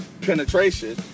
Penetration